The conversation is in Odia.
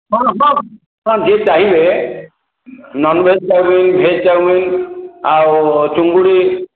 ହଁ ହଁ ଯିଏ ଚାହିଁବେ ନନ୍ଭେଜ୍ ଚାଉମିନ୍ ଭେଜ୍ ଚାଓମିନ୍ ଆଉ ଚିଙ୍ଗୁଡ଼ି